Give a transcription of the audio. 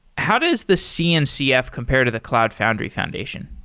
how does the cncf compare to the cloud foundry foundation?